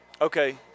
Okay